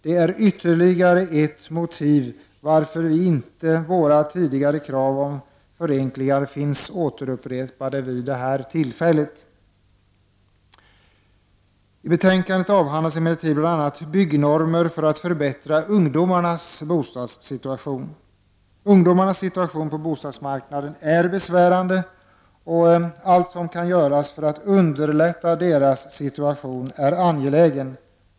Det är ytterligare ett motiv till att våra tidigare krav om förenklingar inte finns återupprepade vid detta tillfälle. I betänkandet avhandlas emellertid bl.a. byggnormer för att förbättra ungdomarnas bostadssitution. Ungdomarnas situation på bostadsmarknaden är besvärande, och allt som kan göras för att underlätta deras situation är angeläget.